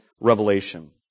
revelation